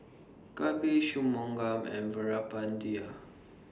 Kapil Shunmugam and Veerapandiya